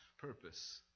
purpose